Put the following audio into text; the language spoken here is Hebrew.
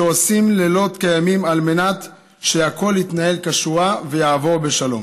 שעושים לילות כימים על מנת שהכול יתנהל כשורה ויעבור בשלום,